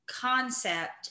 concept